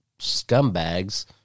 scumbags